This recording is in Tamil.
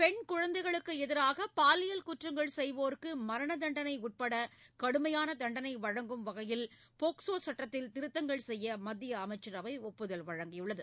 பெண் குழந்தைகளுக்கு எதிராக பாலியல் குற்றங்கள் செய்வோருக்கு மரண தண்டனை உட்பட கடுமையான தண்டனை வழங்கும் வகையில் போக்சோ சுட்டத்தில் திருத்தங்கள் செய்ய மத்திய அமைச்சரவை ஒப்புதல் வழங்கியுள்ளது